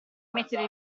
mettere